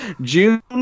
June